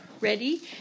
ready